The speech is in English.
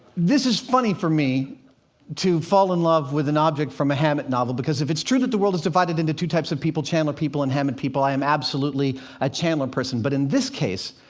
this is funny for me to fall in love with an object from a hammett novel, because if it's true that the world is divided into two types of people, chandler people and hammett people, i am absolutely a chandler person. but in this case,